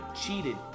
Cheated